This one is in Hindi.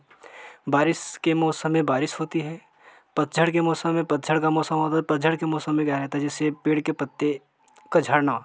बारिश के मौसम में बारिश होती है पतझड़ के मौसम में पतझड़ का मौसम का मौसम हो अगर पतझड़ के मौसम में क्या रहता है जैसे पेड़ के पत्ते का झड़ना